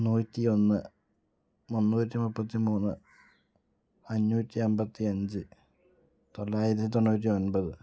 നൂറ്റി ഒന്ന് മുന്നൂറ്റി മുപ്പത്തി മൂന്ന് അഞ്ഞൂറ്റമ്പത്തഞ്ച് തൊള്ളായിരത്തി തൊണ്ണൂറ്റി ഒൻപത്